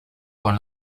con